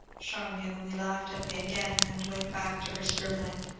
charmian only laughed at me again, and went back to her scribbling.